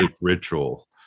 ritual